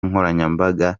nkoranyambaga